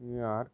New York